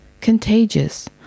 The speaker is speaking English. Contagious